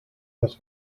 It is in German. das